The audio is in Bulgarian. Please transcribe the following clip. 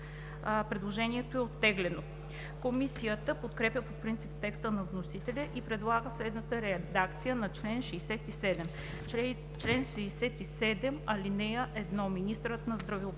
Предложението е оттеглено. Комисията подкрепя по принцип текста на вносителя и предлага следната редакция на чл. 67: „Чл. 67. (1) Министърът на здравеопазването